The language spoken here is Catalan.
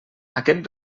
aquest